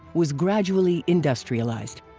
was gradually industrialized.